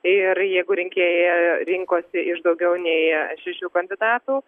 ir jeigu rinkėja rinkosi iš daugiau nei šešių kandidatų